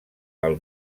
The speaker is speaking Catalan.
pel